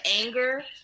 anger